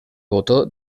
botó